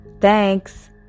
Thanks